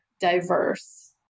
diverse